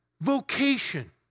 vocation